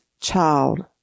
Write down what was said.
child